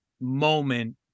moment